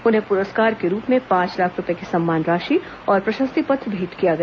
उन्हें पुरस्कार के रूप में पांच लाख रूपये की सम्मान राशि और प्रशस्ति पत्र भेंट किया गया